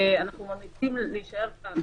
שיישאר כאן,